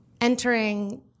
entering